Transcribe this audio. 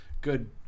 good